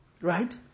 Right